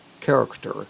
character